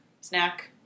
snack